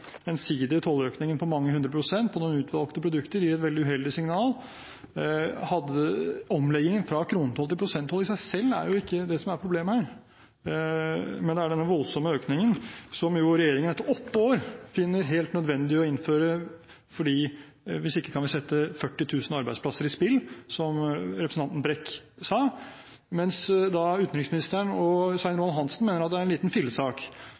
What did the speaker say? tolløkningen på mange hundre prosent på noen utvalgte produkter gir et veldig uheldig signal. Det som er problemet her, er ikke omleggingen fra kronetoll til prosenttoll i seg selv, men denne voldsomme økningen som regjeringen etter åtte år finner det helt nødvendig å innføre – for hvis ikke kan vi sette 40 000 arbeidsplasser i fare, som representanten Brekk sa, mens utenriksministeren og Svein Roald Hansen mener at det er en liten